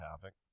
topic